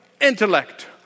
intellect